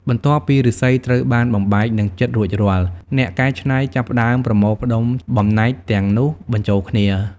បន្ទាប់ពីឫស្សីត្រូវបានបំបែក និងចិតរួចរាល់ អ្នកកែច្នៃចាប់ផ្ដើមប្រមូលផ្ដុំបំណែកទាំងនោះបញ្ចូលគ្នា។